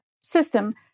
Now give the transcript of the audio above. system